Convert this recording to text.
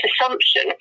assumption